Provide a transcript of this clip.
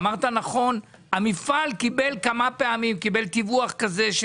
אמרת נכון, המפעל קיבל כמה פעמים, קיבל טיווח כזה.